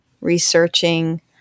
researching